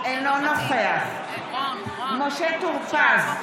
אינו נוכח משה טור פז,